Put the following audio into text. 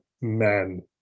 men